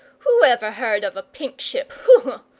who ever heard of a pink ship? hoo-hoo!